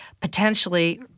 potentially